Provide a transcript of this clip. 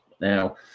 now